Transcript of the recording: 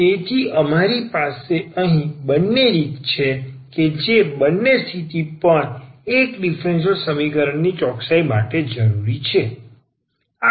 તેથી અમારી પાસે અહીં બંને રીત છે કે જે બંને સ્થિતિ પણ એક ડીફરન્સીયલ સમીકરણ ની ચોકસાઈ માટે જરૂરી છે